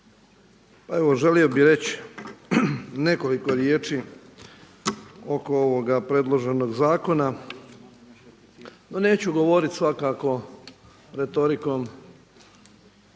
Pa evo želio bih reći nekoliko riječi oko ovoga predloženoga zakona. No neću govoriti svakako retorikom